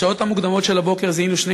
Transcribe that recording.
בשעות המוקדמות של הבוקר זיהינו שני